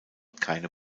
keine